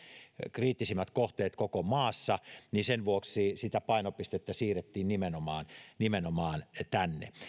kriittisimmät kohteet koko maassa niin sen vuoksi sitä painopistettä siirrettiin nimenomaan nimenomaan tänne